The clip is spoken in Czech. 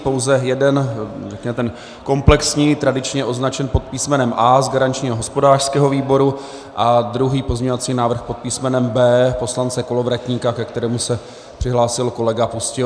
Pouze jeden, řekněme ten komplexní, tradičně označen pod písmenem A z garančního hospodářského výboru, a druhý pozměňovací návrh pod písmenem B poslance Kolovratníka, ke kterému se přihlásil kolega Pustějovský.